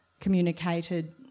communicated